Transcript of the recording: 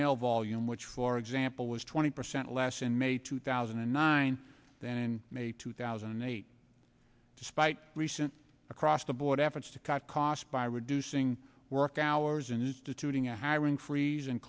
mail volume which for example was twenty percent last in may two thousand and nine then in may two thousand and eight despite recent across the board efforts to cut costs by reducing work hours and instituting a hiring freeze and